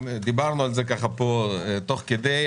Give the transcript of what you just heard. דיברנו על זה תוך כדי הדיון,